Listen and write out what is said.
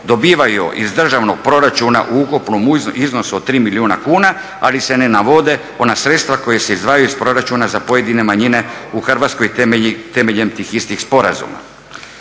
dobivaju iz državnog proračuna u ukupnom iznosu od 3 milijuna kuna, ali se ne navode ona sredstva koja se izdvajaju iz proračuna za pojedine manjine u Hrvatskoj temeljem tih istih sporazuma.